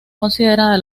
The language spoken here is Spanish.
considerada